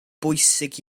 bwysig